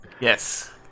Yes